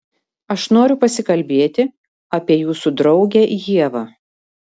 aš noriu pasikalbėti apie jūsų draugę ievą